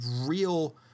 real